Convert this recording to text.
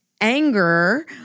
anger